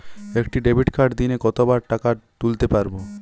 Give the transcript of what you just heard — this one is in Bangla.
একটি ডেবিটকার্ড দিনে কতবার টাকা তুলতে পারব?